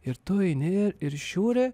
ir tu eini ir žiūri